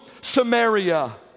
Samaria